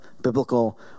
biblical